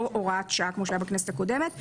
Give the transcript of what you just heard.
לא הוראת שעה כמו בכנסת הקודמת.